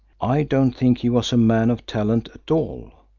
i don't think he was a man of talent at all.